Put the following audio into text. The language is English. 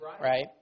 right